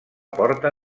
porta